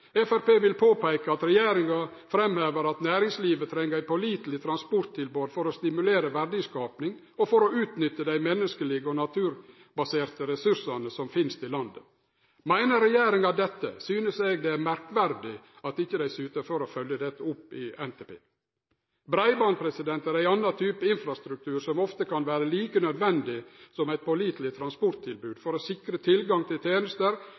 vil påpeike at regjeringa framhevar at næringslivet treng eit påliteleg transporttilbod for å stimulere til verdiskaping og for å utnytte dei menneskelege og naturbaserte ressursane som finst i landet. Meiner regjeringa dette, synest eg det er merkverdig at dei ikkje syter for å følgje dette opp i NTP. Breiband er ein annan type infrastruktur, som ofte kan vere like nødvendig som eit påliteleg transporttilbod, for å sikre tilgang til tenester